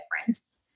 difference